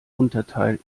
unterteil